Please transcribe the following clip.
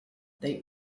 they